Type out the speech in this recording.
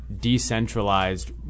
decentralized